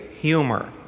humor